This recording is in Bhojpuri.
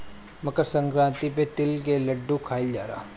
मकरसंक्रांति पे तिल के लड्डू खाइल जाला